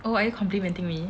oh are you complimenting me